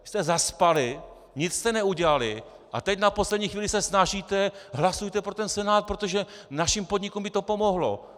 Vy jste zaspali, nic jste neudělali a teď na poslední chvíli se snažíte hlasujte pro ten Senát, protože našim podnikům by to pomohlo.